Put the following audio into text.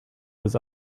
was